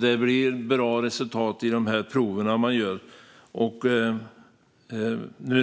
Det blir bra resultat i de prover man gör.